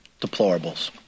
deplorables